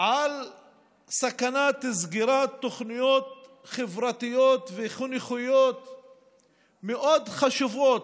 על סכנת סגירת תוכניות חברתיות וחינוכיות מאוד חשובות,